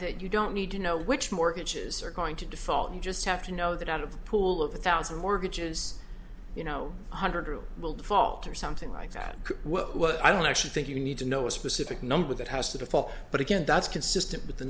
that you don't need to know which mortgages are going to default you just have to know that out of the pool of the thousand mortgages you know one hundred who will default or something like that what i don't actually think you need to know a specific number that has to fall but again that's consistent with the